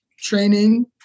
training